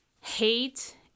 hate